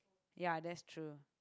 ya that's true